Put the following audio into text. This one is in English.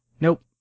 Nope